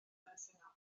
elusennol